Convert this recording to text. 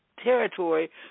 territory